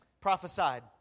prophesied